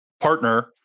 partner